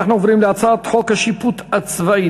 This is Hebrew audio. אנחנו עוברים להצעת חוק השיפוט הצבאי